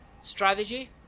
strategy